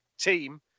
team